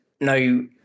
no